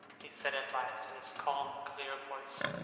he said at last in his calm clear voice.